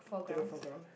to the floor ground